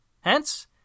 Hence